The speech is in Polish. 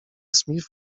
smith